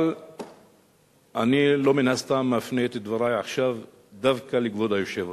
אבל אני מן הסתם לא מפנה את דברי עכשיו דווקא לכבוד היושב-ראש.